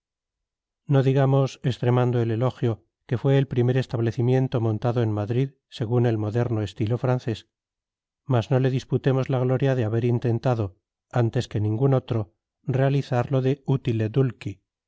no digamos extremando el elogio que fue el primer establecimiento montado en madrid según el moderno estilo francés mas no le disputemos la gloria de haber intentado antes que ningún otro realizar lo de utile dulci